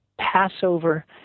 Passover